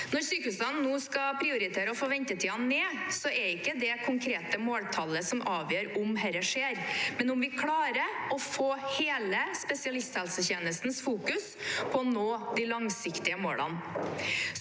Når sykehusene nå skal prioritere å få ventetidene ned, er det ikke det konkrete måltallet som avgjør om dette skjer, men om vi klarer å få hele spesialisthelsetjenestens fokus på å nå de langsiktige målene.